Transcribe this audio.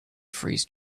freeze